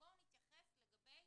בואו נתייחס לגבי